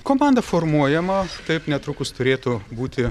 komanda formuojama taip netrukus turėtų būti